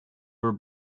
were